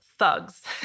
thugs